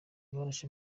barashe